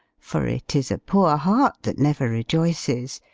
for it is a poor heart that never rejoices,